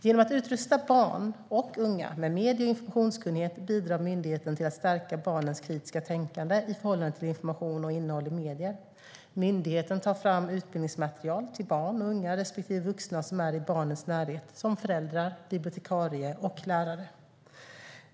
Genom att utrusta barn och unga med medie-och informationskunnighet bidrar myndigheten till att stärka barnens kritiska tänkande i förhållande till information och innehåll i medier. Myndigheten tar fram utbildningsmaterial till barn och unga respektive vuxna som är i barnens närhet, som föräldrar, bibliotekarier och lärare.